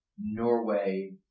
Norway